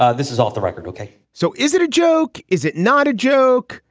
ah this is off the record. ok so is it a joke? is it not a joke?